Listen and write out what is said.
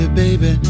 baby